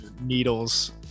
needles